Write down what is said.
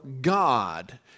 God